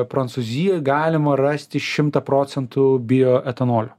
prancūzijoje galima rasti šimtą procentų bioetanolio